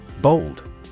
Bold